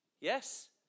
Yes